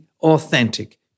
authentic